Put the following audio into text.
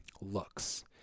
looks